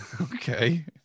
Okay